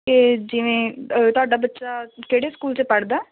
ਅਤੇ ਜਿਵੇਂ ਅ ਤੁਹਾਡਾ ਬੱਚਾ ਕਿਹੜੇ ਸਕੂਲ 'ਚ ਪੜ੍ਹਦਾ